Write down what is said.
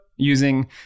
using